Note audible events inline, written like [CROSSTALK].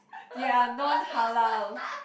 [BREATH] they are non-halal